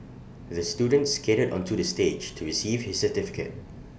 the student skated onto the stage to receive his certificate